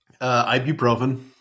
Ibuprofen